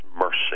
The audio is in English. mercy